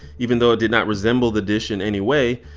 even though it did not resemble the dish in any way,